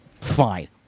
fine